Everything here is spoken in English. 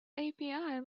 api